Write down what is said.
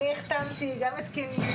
אני החתמתי גם את קינלי,